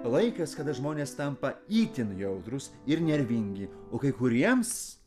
laikas kada žmonės tampa itin jautrūs ir nervingi o kai kuriems